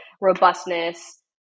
robustness